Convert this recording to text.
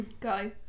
go